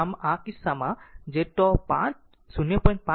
આમ આ કિસ્સામાં જે τ 0